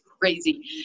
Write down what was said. crazy